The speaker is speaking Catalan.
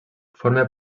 forma